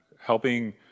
helping